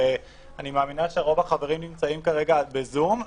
ואני מאמינה שרוב החברים נמצאים כרגע בזום,